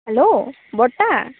hello বৰ্তা